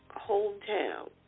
hometown